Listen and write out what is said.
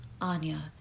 Anya